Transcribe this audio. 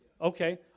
Okay